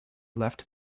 left